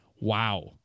Wow